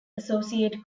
associate